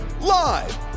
live